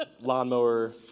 lawnmower